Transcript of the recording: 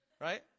right